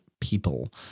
people